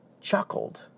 chuckled